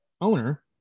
owner